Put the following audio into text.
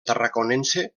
tarraconense